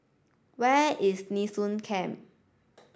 where is Nee Soon Camp